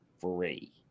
free